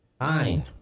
Fine